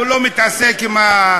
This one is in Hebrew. הוא לא מתעסק עם זה,